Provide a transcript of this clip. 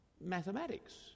mathematics